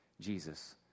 Jesus